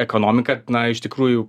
ekonomika na iš tikrųjų